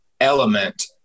element